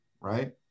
right